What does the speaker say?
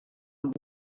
there